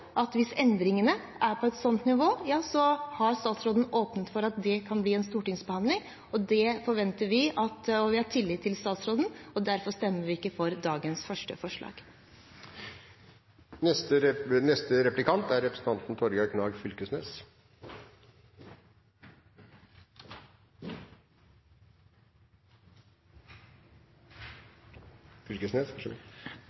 for. Hvis endringene er på et sånt nivå, har statsråden åpnet for at det kan bli en stortingsbehandling. Vi har tillit til statsråden, og derfor stemmer vi ikke for forslag nr. 1 i dag. Eg må seie eg er